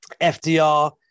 FDR